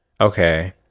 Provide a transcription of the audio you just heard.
okay